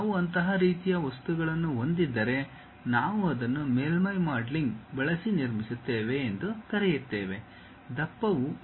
ನಾವು ಅಂತಹ ರೀತಿಯ ವಸ್ತುಗಳನ್ನು ಹೊಂದಿದ್ದರೆ ನಾವು ಅದನ್ನು ಮೇಲ್ಮೈ ಮಾಡೆಲಿಂಗ್ ಬಳಸಿ ನಿರ್ಮಿಸುತ್ತೇವೆ ಎಂದು ಕರೆಯುತ್ತೇವೆ ದಪ್ಪವು